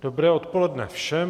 Dobré odpoledne všem.